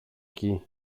κει